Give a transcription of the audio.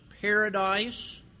paradise